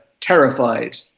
terrified